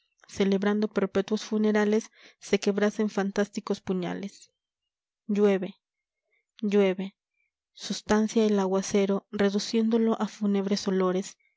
celebrando perpetuos funerales se quebrasen fantásticos puñales llueve llueve sustancia el aguacero reduciéndolo a fúnebres olores